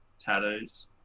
tattoos